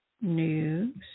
news